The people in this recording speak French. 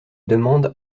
demande